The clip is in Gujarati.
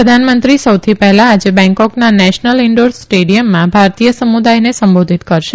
પ્રધાનમંત્રી સૌથી પહેલા આજે બેંકોકના નેશનલ ઇંડોર સ્ટેડીયમમાં ભારતીય સમુદાયને સંબોધિત કરશે